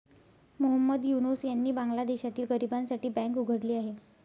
मोहम्मद युनूस यांनी बांगलादेशातील गरिबांसाठी बँक उघडली आहे